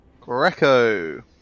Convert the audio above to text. greco